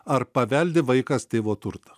ar paveldi vaikas tėvo turtą